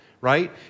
right